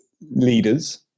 leaders